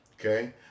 Okay